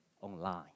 online